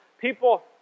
people